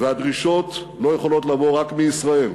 והדרישות לא יכולות להיות רק מישראל,